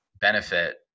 benefit